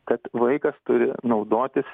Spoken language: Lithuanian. kad vaikas turi naudotis